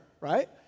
right